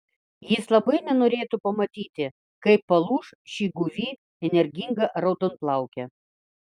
jis labai nenorėtų pamatyti kaip palūš ši guvi energinga raudonplaukė